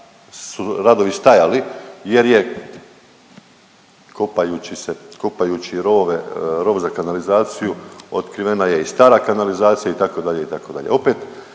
su radovi stajali, jer je kopajući se, kopajući rovove, rov za kanalizaciju, otkrivena je i stara kanalizacija itd.,